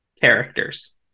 characters